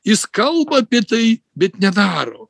jis kalba apie tai bet nedaro